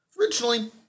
originally